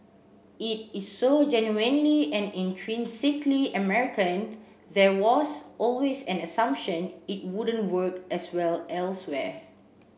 it is so genuinely and intrinsically American there was always an assumption it wouldn't work as well elsewhere